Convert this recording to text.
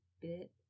bit